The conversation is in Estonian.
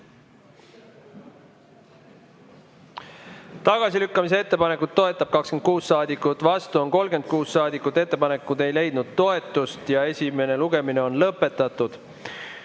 Tagasilükkamise ettepanekut toetab 26 saadikut, vastu on 36 saadikut. Ettepanekud ei leidnud toetust. Esimene lugemine on lõpetatud.